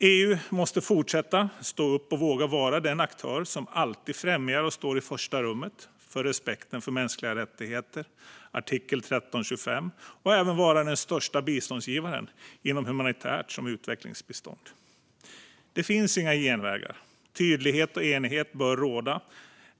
EU måste fortsätta att våga vara den aktör som alltid står upp för, främjar och står i första rummet vad gäller respekten för mänskliga rättigheter och resolution 1325 och även vara den största biståndsgivaren inom såväl humanitärt bistånd som utvecklingsbistånd. Det finns inga genvägar. Tydlighet och enighet bör råda.